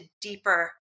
deeper